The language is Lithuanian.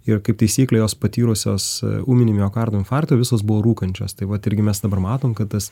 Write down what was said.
ir kaip taisyklė jos patyrusios ūminį miokardo infarktą visos buvo rūkančios taip vat irgi mes dabar matom kad tas